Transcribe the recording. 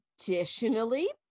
Additionally